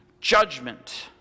judgment